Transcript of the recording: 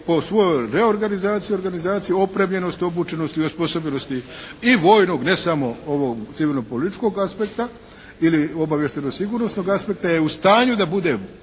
po svojoj reorganizaciji i organizaciji, opremljenosti, obučenosti i osposobljenosti i vojnog ne samo ovog civilno-političkog aspekta ili obavještajno-sigurnosnog aspekta je u stanju da bude